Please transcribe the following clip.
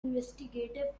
investigative